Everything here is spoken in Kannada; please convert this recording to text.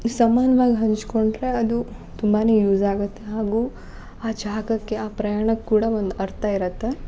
ಸಮಾನ್ವಾಗಿ ಹಂಚಿಕೊಂಡ್ರೆ ಅದು ತುಂಬ ಯೂಸಾಗುತ್ತೆ ಹಾಗೂ ಆ ಜಾಗಕ್ಕೆ ಆ ಪ್ರಯಾಣ ಕೂಡ ಒಂದು ಅರ್ಥ ಇರುತ್ತೆ